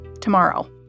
tomorrow